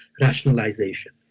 rationalization